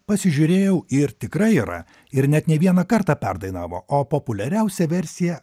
pasižiūrėjau ir tikrai yra ir net ne vieną kartą perdainavo o populiariausia versija